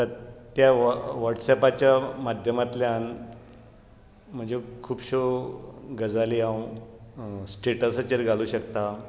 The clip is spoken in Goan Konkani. त्या वॉटसॅपाच्या माध्यमांतल्यान म्हज्यो खुबश्यो गजाली हांव स्टेटसाचेर घालूंक शकता